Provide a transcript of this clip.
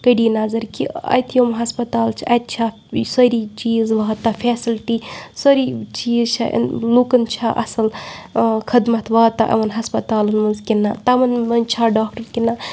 کٔڈی نظر کہِ اَتہِ یِم ہَسپَتال چھِ اَتہِ چھا سٲری چیٖز واتان فیسَلٹی سٲری چیٖز چھےٚ لُکَن چھےٚ اَصٕل خدمَت واتان إمَن ہَسپَتالَن منٛز کِنہٕ نہ تمَن منٛز چھا ڈاکٹَر کِنہٕ نہ